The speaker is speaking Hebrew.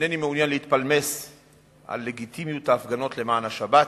אינני מעוניין להתפלמס על לגיטימיות ההפגנות למען השבת,